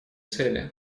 цели